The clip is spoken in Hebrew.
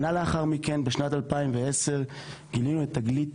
שנה לאחר מכן בשנת 2010 גילינו את תגלית